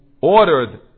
ordered